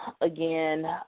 again